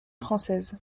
française